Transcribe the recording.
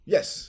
Yes